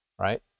right